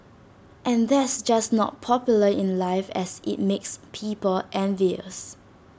and that's just not popular in life as IT makes people envious